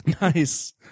Nice